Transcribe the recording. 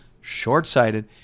short-sighted